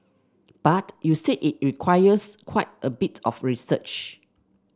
but you said it requires quite a bit of research